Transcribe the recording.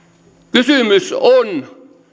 kysymys on